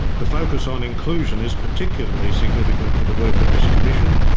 the focus on inclusion is particularly significant for the work of this commission.